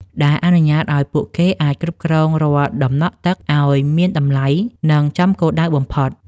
ដែលអនុញ្ញាតឱ្យពួកគេអាចគ្រប់គ្រងរាល់ដំណក់ទឹកឱ្យមានតម្លៃ និងចំគោលដៅបំផុត។